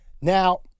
Now